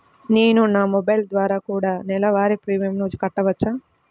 నేను నా మొబైల్ ద్వారా కూడ నెల వారి ప్రీమియంను కట్టావచ్చా?